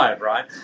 right